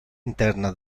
interna